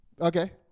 Okay